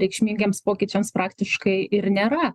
reikšmingiems pokyčiams praktiškai ir nėra